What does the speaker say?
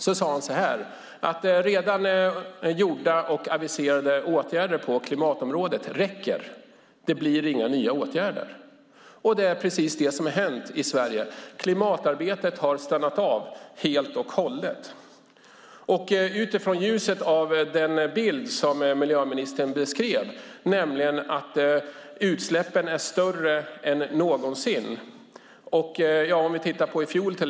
Då sade han att redan gjorda och aviserade åtgärder på klimatområdet räcker. Det blir inga nya åtgärder. Det är precis det som har hänt i Sverige. Klimatarbetet har stannat av helt och hållet. Miljöministern beskrev en bild av att utsläppen är större än någonsin. Och de ökar fortare än någonsin.